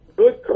good